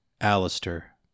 Alistair